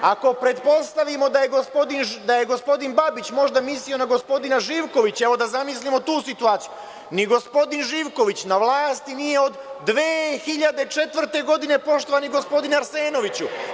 Ako pretpostavimo da je gospodin Babić možda mislio na gospodina Živkovića, da zamislimo tu situaciju, ni gospodin Živković na vlasti nije od 2004. godine, poštovani gospodine Arsenoviću.